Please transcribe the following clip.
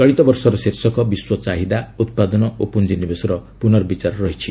ଚଳିତ ବର୍ଷର ଶୀର୍ଷକ 'ବିଶ୍ୱ ଚାହିଦା ଉତ୍ପାଦନ ଓ ପୁଞ୍ଜିନିବେଶର ପୁନର୍ବିଚାର' ରହିଛି